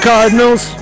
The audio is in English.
Cardinals